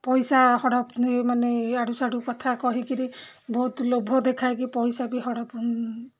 ପଇସା ହଡ଼ପ ମାନେ ଆଡ଼ୁସାଡ଼ୁ କଥା କହିକିରି ବହୁତ ଲୋଭ ଦେଖାକି ପଇସା ବି ହଡ଼ପ